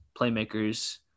playmakers